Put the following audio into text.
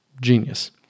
genius